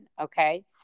okay